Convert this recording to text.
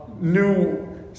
new